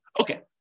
Okay